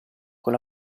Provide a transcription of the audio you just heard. con